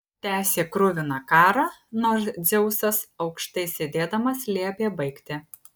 tęsė kruviną karą nors dzeusas aukštai sėdėdamas liepė baigti